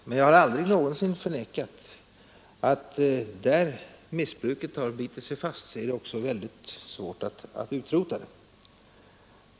Men jag har aldrig någonsin förnekat att där missbruket har bitit sig fast så är det också väldigt svårt att utrota.